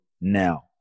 now